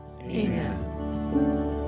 Amen